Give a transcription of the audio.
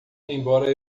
embora